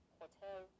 hotel